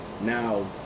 Now